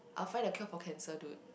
I'll find a cure for cancer dude